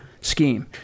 scheme